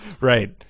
Right